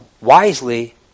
wisely